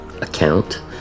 account